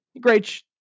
Great